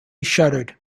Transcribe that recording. shuttered